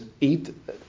eat